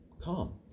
calm